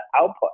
output